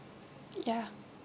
ya